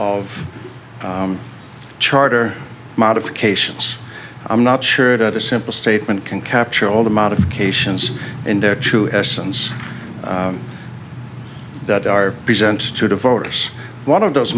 of charter modifications i'm not sure that a simple statement can capture all the modifications in their true essence that are present to the voters one of those